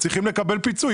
הם צריכים לקבל פיצוי.